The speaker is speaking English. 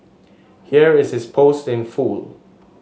here is his post in full